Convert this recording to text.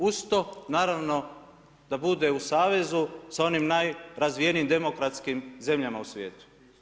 Uz to naravno da bude u savezu sa onim najrazvijenijim demokratskim zemljama u svijetu.